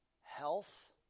health